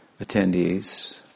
attendees